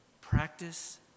Practice